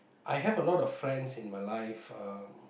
I have a lot of friends in my life uh